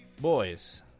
Boys